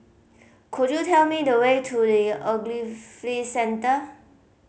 could you tell me the way to The Ogilvy Centre